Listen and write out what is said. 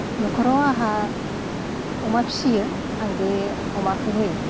न'खराव आंहा अमा फिसियो आं बे अमाखोहै